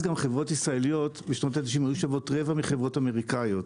בשנות התשעים גם חברות ישראליות היו שוות רבע מחברות אמריקאיות.